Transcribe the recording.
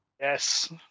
Yes